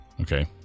okay